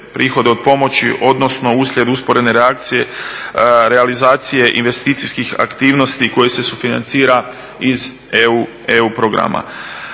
prihode od pomoći odnosno uslijed usporene reakcije realizacije investicijskih aktivnosti koje se sufinancira iz eu programa.